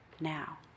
now